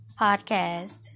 podcast